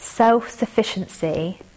Self-sufficiency